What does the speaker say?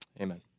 Amen